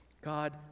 God